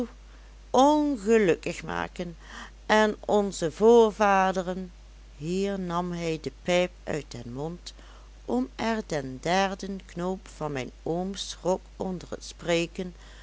ongelukkig maken en onze voorvaderen hier nam hij de pijp uit den mond om er den derden knoop van mijn ooms rok onder t spreken